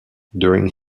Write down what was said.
during